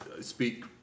speak